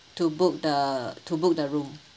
to book the to book their room